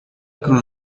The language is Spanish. cruz